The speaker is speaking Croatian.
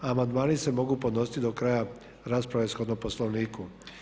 Amandmani se mogu podnositi do kraja rasprave shodno Poslovniku.